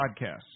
podcasts